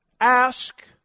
Ask